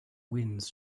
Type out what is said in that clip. winds